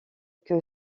que